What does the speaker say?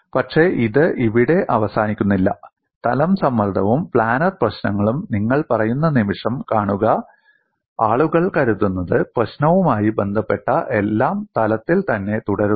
പക്ഷേ ഇത് ഇവിടെ അവസാനിക്കുന്നില്ല തലം സമ്മർദ്ദവും പ്ലാനർ പ്രശ്നങ്ങളും നിങ്ങൾ പറയുന്ന നിമിഷം കാണുക ആളുകൾ കരുതുന്നത് പ്രശ്നവുമായി ബന്ധപ്പെട്ട എല്ലാം തലത്തിൽ തന്നെ തുടരുന്നു